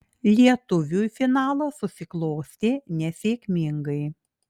lietuviui finalas susiklostė nesėkmingai